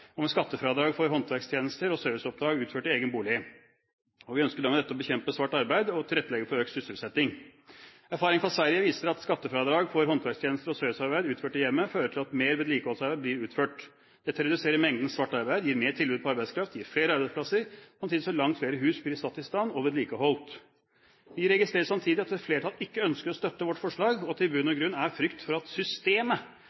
skattefradrag for håndverkstjenester og serviceoppdrag utført i egen bolig. Vi ønsker med dette å bekjempe svart arbeid og tilrettelegge for økt sysselsetting. Erfaring fra Sverige viser at skattefradrag for håndverkstjenester og servicearbeid utført i hjemmet fører til at mer vedlikeholdsarbeid blir utført. Dette reduserer mengden svart arbeid, gir mer tilbud på arbeidskraft, gir flere arbeidsplasser, samtidig som langt flere hus blir satt i stand og vedlikeholdt. Vi registrerer samtidig at et flertall ikke ønsker å støtte vårt forslag, og at det i bunn